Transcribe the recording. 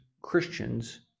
Christians